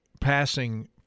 passing